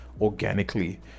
organically